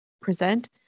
present